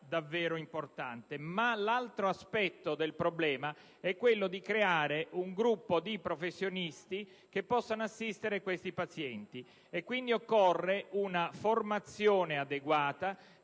davvero importante. L'altro aspetto del problema è quello di creare un gruppo di professionisti che possano assistere tali pazienti; quindi occorre una formazione adeguata